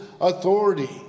authority